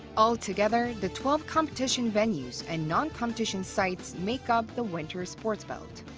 altogether, the twelve competition venues and non-competition sites make up the winter sports belt.